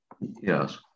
Yes